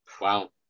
Wow